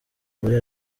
muri